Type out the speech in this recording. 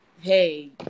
Hey